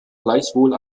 gleichwohl